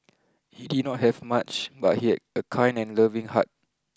he did not have much but he had a kind and loving heart